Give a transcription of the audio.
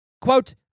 Quote